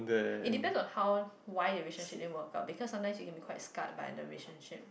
is depends on how why the relationship then worse up because sometimes you have been quite scarred by the relationship